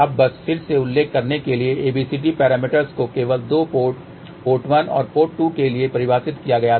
अब बस फिर से उल्लेख करने के लिए ABCD पैरामीटर्स को केवल दो पोर्ट पोर्ट 1 और पोर्ट 2 के लिए परिभाषित किया गया था